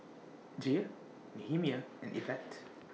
Gia Nehemiah and Evette